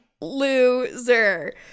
Loser